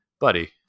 buddy